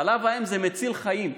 חלב האם מציל חיים.